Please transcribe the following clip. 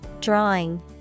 Drawing